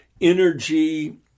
energy